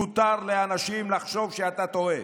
מותר לאנשים לחשוב שאתה טועה